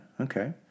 okay